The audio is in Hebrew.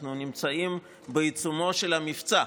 אנחנו נמצאים בעיצומו של המבצע,